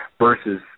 versus